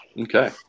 Okay